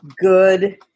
good